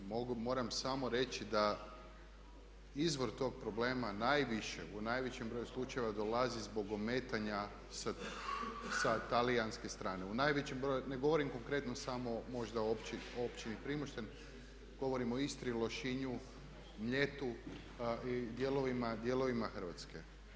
Moram samo reći da izvor tog problema najviše u najvećem broju slučajeva dolazi zbog ometanja sa talijanske strane, u najvećem broju, ne govorim konkretno samo možda o Općini Primošten, govorim o Istri, Lošinju, Mljetu i dijelovima Hrvatske.